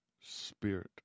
Spirit